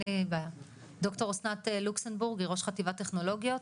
אין לי בעיה ד"ר אסנת לוקסנבורג היא ראש חטיבת טכנולוגיות,